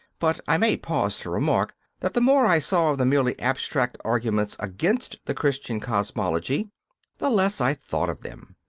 but i may pause to remark that the more i saw of the merely abstract arguments against the christian cosmology the less i thought of them.